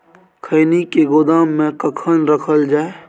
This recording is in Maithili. खैनी के गोदाम में कखन रखल जाय?